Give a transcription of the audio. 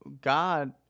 God